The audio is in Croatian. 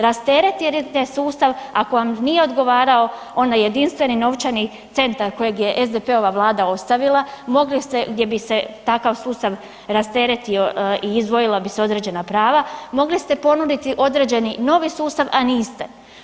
Rasteretite sustav, ako vam nije odgovarao onaj jedinstveni novčani centar kojeg je SDP-ova vlada ostavila, mogli ste gdje bi se takav sustav rasteretio i izdvojila bi se određena prava, mogli ste ponuditi određeni novi sustav, a niste.